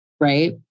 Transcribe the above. right